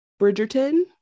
Bridgerton